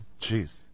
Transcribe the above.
Jeez